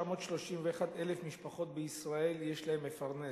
931,000 משפחות בישראל יש להן מפרנס